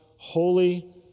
Holy